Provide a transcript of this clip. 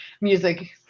music